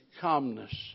calmness